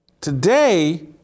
Today